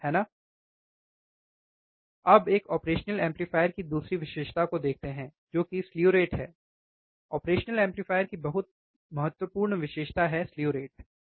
volt अब एक operational amplifier की दूसरी विशेषता को देखते हैं जो कि स्लु रेट है ऑपरेशनल एंप्लीफायर की बहुत महत्वपूर्ण विशेषता है स्लु रेट ठीक